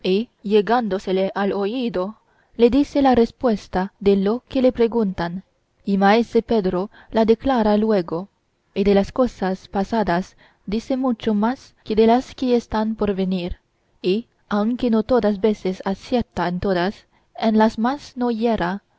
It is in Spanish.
llegándosele al oído le dice la respuesta de lo que le preguntan y maese pedro la declara luego y de las cosas pasadas dice mucho más que de las que están por venir y aunque no todas veces acierta en todas en las más no